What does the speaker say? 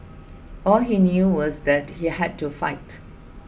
all he knew was that he had to fight